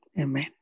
Amen